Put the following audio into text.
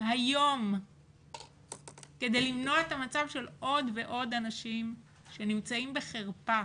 היום כדי למנוע את המצב של עוד ועוד אנשים שנמצאים בחרפה.